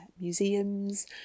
museums